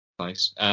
Nice